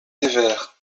sévère